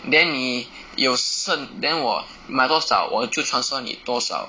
then 你有剩 then 我买多少我就 transfer 你多少